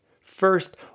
First